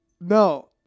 No